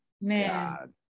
Man